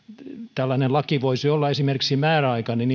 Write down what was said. tällainen laki voisi olla esimerkiksi määräaikainen